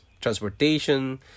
transportation